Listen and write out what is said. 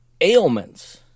ailments